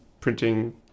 printing